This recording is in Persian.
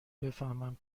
بفهمم